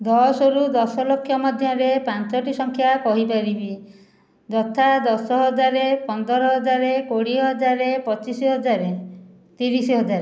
ଦଶରୁ ଦଶ ଲକ୍ଷ ମଧ୍ୟରେ ପାଞ୍ଚୋଟି ସଂଖ୍ୟା କହିପାରିବି ଯଥା ଦଶ ହଜାର ପନ୍ଦର ହଜାର କୋଡ଼ିଏ ହଜାର ପଚିଶ ହଜାର ତିରିଶ ହଜାର